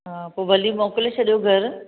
हा पोइ भले मोकिले छॾियो घरु